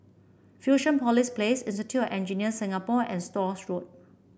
Fusionopolis Place Institute Engineers Singapore and Stores Road